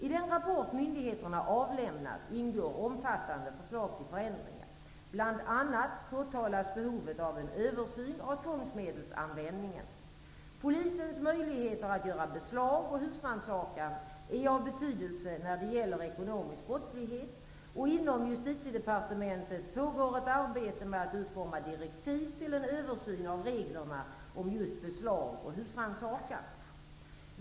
I den rapport myndigheterna avlämnat ingår omfattande förslag till förändringar. Bl.a. påtalas behovet av en översyn av tvångsmedelsanvändningen. Polisens möjligheter att göra beslag och husrannsakan är av betydelse när det gäller ekonomisk brottslighet. Inom Justitiedepartementet pågår ett arbete med att utforma direktiv till en översyn av reglerna om just beslag och husrannsakan.